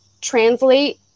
translate